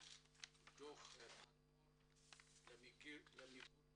ברוכים הבאים לוועדת